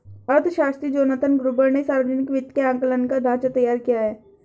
अर्थशास्त्री Jonathan Gruber ने सावर्जनिक वित्त के आंकलन का ढाँचा तैयार किया है